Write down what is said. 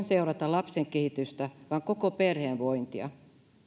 seurata vain lapsen kehitystä vaan koko perheen vointia